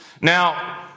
Now